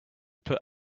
put